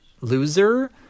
loser